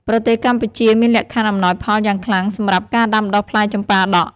ប្រទេសកម្ពុជាមានលក្ខខណ្ឌអំណោយផលយ៉ាងខ្លាំងសម្រាប់ការដាំដុះផ្លែចម្ប៉ាដាក់។